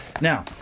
Now